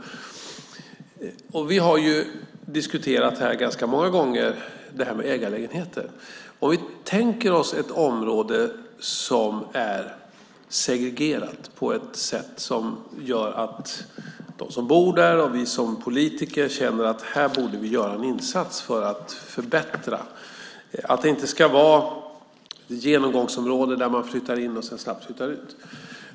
Vi har diskuterat ganska många gånger här detta med ägarlägenheter. Vi kan tänka oss ett område som är segregerat på ett sätt som gör att de som bor där och vi som politiker känner att vi här borde göra en insats för att förbättra, att det inte ska vara ett genomgångsområde där man flyttar in och sedan snabbt flyttar ut.